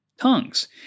tongues